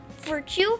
virtue